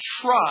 trust